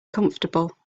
comfortable